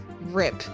rip